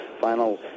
Final